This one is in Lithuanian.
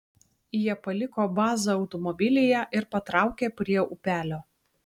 jie paliko bazą automobilyje ir patraukė prie upelio